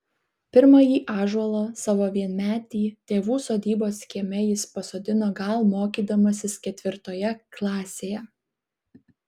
pirmąjį ąžuolą savo vienmetį tėvų sodybos kieme jis pasodino gal mokydamasis ketvirtoje klasėje